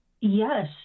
Yes